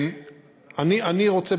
אני רוצה,